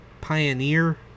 pioneer